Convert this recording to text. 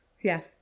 Yes